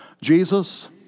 Jesus